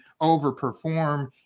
overperform